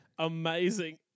Amazing